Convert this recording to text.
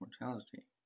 mortality